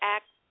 Act